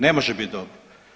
Ne može bit dobro.